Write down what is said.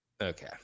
Okay